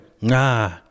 nah